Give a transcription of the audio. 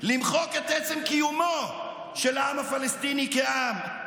למחוק את עצם קיומו של העם הפלסטיני כעם.